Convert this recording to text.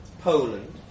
Poland